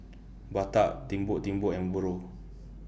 Bata Timbuk Timbuk Umbro